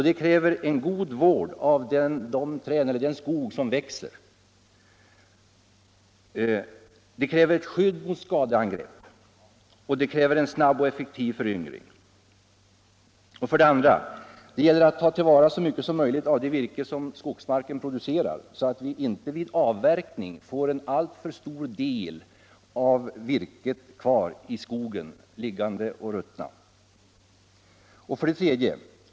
Det kräver en god vård av den växande skogen. Det kräver skydd mot skadeangrepp och det kräver en snabb och effektiv föryngring. 2. Det gäller att ta till vara så mycket som möjligt av det virke som skogsmarken producerar, så att vi inte vid avverkning låter en alltför stor del av virket ligga kvar i skogen och ruttna. 3.